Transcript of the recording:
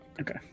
Okay